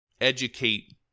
educate